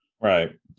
Right